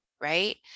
right